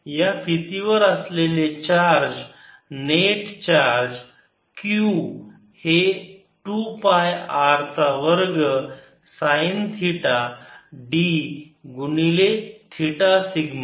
या फितीवर असलेले चार्ज नेट चार्ज q हे 2 पाय R चा वर्ग साईन थिटा d गुणिले थिटा सिग्मा